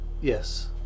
yes